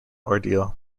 ordeal